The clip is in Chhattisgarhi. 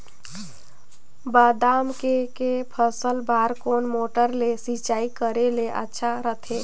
बादाम के के फसल बार कोन मोटर ले सिंचाई करे ले अच्छा रथे?